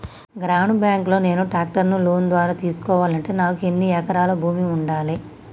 గ్రామీణ బ్యాంక్ లో నేను ట్రాక్టర్ను లోన్ ద్వారా తీసుకోవాలంటే నాకు ఎన్ని ఎకరాల భూమి ఉండాలే?